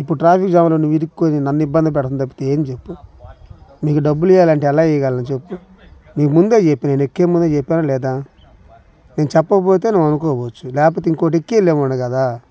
ఇప్పుడు traffic jam నువ్వు ఇరుక్కుని నన్ను ఇబ్బంది పెడతం తప్పితే ఏం చెప్పు నీకు డబ్బులు ఇవ్వాలంటే ఎలా ఇయ్యగలను చెప్పు నీకు ముందే చెప్పే నేను ఎక్కే ముందు చెప్పానా లేదా నేను చెప్పకపోతే నువ్వు అనుకోవచ్చు లేకపోతే ఇంకోటి ఎక్కి వెళ్ళే వాడిని కదా